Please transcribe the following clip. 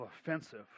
offensive